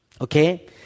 Okay